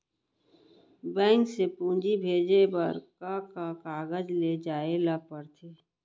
Bank से पूंजी भेजे बर का का कागज ले जाये ल पड़थे?